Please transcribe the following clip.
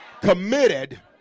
committed